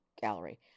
gallery